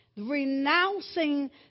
renouncing